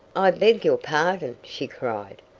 i beg your pardon, she cried.